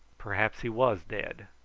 perhaps he was dead.